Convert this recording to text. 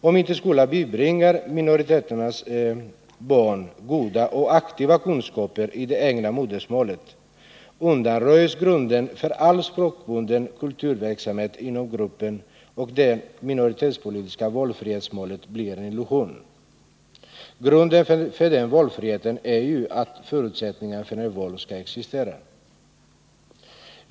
Om inte skolan bibringar minoriteternas barn goda och aktiva kunskaper i det egna modersmålet, undanröjs grunden för all språkbunden kulturverksamhet inom gruppen och det minoritetspolitiska valfrihetsmålet blir en illusion. Grunden för den valfriheten är ju att förutsättningarna för ett val skall existera.